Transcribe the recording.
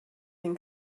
den